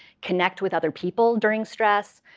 connect with other people during stress.